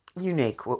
unique